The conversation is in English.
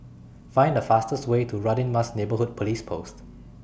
Find The fastest Way to Radin Mas Neighbourhood Police Post